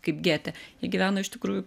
kaip gete jie gyveno iš tikrųjų